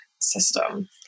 system